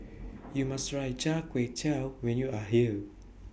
YOU must Try Char Kway Teow when YOU Are here